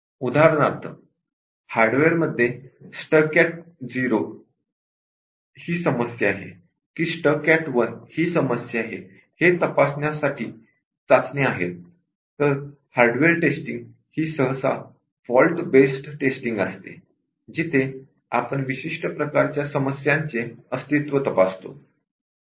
उदाहरणार्थ हार्डवेअरमध्ये stuck at 0 समस्या आहे कि स्टक ऍट 1 समस्या आहे हे तपासण्यासाठी टेस्टस आहेत तर हार्डवेअर टेस्टींग ही सहसा फॉल्ट बेस्ड टेस्टिंग असते जिथे आपण विशिष्ट प्रकारच्या समस्यांचे अस्तित्व तपासतो